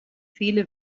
viele